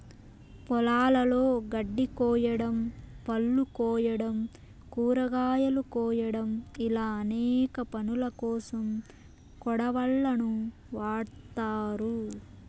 పొలాలలో గడ్డి కోయడం, పళ్ళు కోయడం, కూరగాయలు కోయడం ఇలా అనేక పనులకోసం కొడవళ్ళను వాడ్తారు